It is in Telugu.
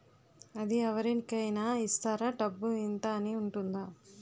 అది అవరి కేనా ఇస్తారా? డబ్బు ఇంత అని ఉంటుందా?